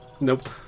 nope